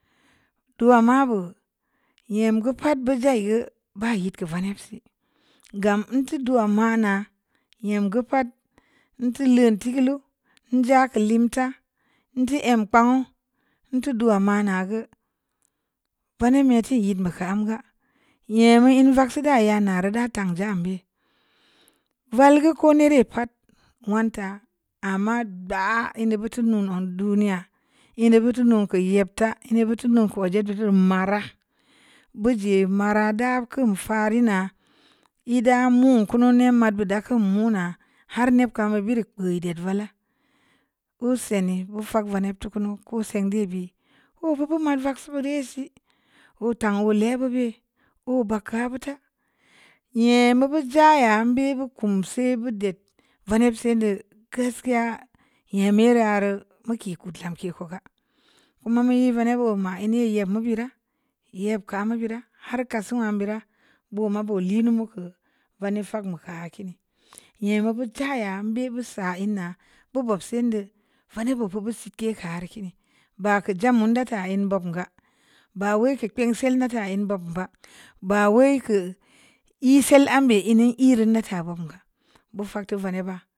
Dua ma bu yimgə pat gbo di yi ba yi vani si gam ntu dua mana ayam gə pat nti lan ti gə lu nja nkam lemtə ənti mpa tu dua ma nə gə vani yiti yi nit kam gə nyem i ivaksi daya nə rə ta jam bii val gə koni rə pa'at wan ta ama bə'a hi butu-no on duniya yini butu no kum yibta ln butu na ko jid dodureu marə buji mə rə də kum fa ri əna nye də mun ku no ne mobudə komon munə har niib kəm biri ən gə vala'a wusai ni ‘o’ fag vani tukunu ko sai di bi oro bu ma vaksi bidi si wutang wule bo'obii o’ gba but nyem mu bu jaya mbe boku kum si budi va nab si də gaskiya nyem me rarə muki ko lamdə ko gə koma yi vamb ma i yi ni mu əi rə nyeb kə mobi rə har kasu'a bira buma ba lu moku vanifag muka kini nyem me bu jaya biibu sa hna bobob si də vani bobu si ki kər kini baku ja'a mun datə ən bamu gə ba'a wai ən pe kin sal nata yi bobbə bə wai kə i sil mbe nne i rə nata bi mu gə.